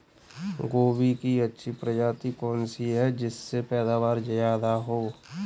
गोभी की अच्छी प्रजाति कौन सी है जिससे पैदावार ज्यादा हो?